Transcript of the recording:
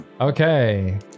Okay